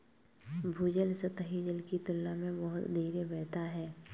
भूजल सतही जल की तुलना में बहुत धीरे धीरे बहता है